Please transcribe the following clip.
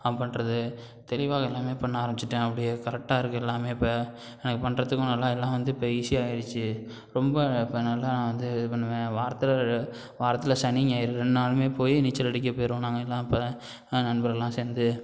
பண்ணுறது தெளிவாக எல்லாமே பண்ண ஆரம்பிச்சுட்டேன் அப்படியே கரெக்டாக இருக்குது எல்லாம் இப்போ எனக்கு பண்ணுறதுக்கும் நல்லா எல்லாம் வந்து இப்போ ஈஸியாக ஆயிடுச்சு ரொம்ப இப்போ நல்லா நான் வந்து இது பண்ணுவேன் வாரத்தில் ரெ வாரத்தில் சனி ஞாயிறு ரெண்டு நாளும் போய் நீச்சல் அடிக்க போயிடறோம் நாங்களெல்லாம் இப்போ நண்பர்களெலாம் சேர்ந்து